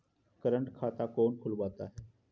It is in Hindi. करंट खाता कौन खुलवाता है?